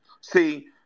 See